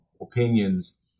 opinions